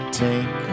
take